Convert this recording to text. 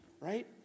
right